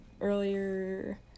Earlier